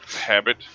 habit